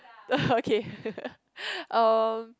okay uh